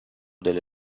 delle